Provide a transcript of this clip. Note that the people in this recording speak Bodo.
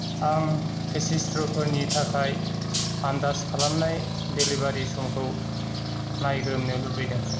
आं पेसिस्त्र'फोरनि थाखाय आन्दाज खालामनाय डिलिभारि समखौ नायग्रोमनो लुबैदों